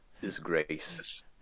disgrace